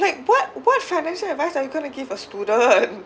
like what what financial advice are you going to give a student